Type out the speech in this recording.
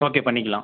okay பண்ணிக்கலாம்